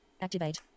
Activate